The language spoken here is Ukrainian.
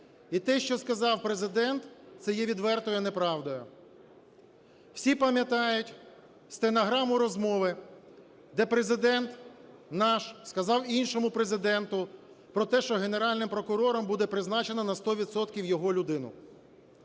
і те, що сказав Президент – це є відвертою неправдою. Всі пам'ятають стенограму розмови, де Президент наш сказав іншому Президенту про те, що Генеральним прокурором буде призначено на 100 відсотків його людину.